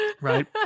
Right